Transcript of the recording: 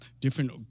different